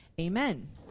amen